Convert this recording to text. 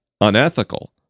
unethical